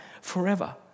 forever